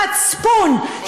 המצפון,